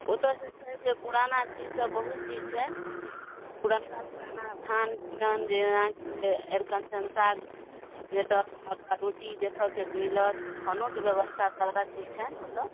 ओतऽ जे छै जे पुरना चीजसब बहुत चीज छै पुरनका खाना खान पिअन जेनाकि अरिकञ्चन साग भेटत मड़ुआ रोटी देखिके मिलत खानोके बेबस्था सारा चीज छै ओतऽ